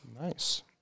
Nice